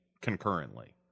concurrently